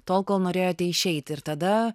tol kol norėjote išeiti ir tada